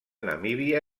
namíbia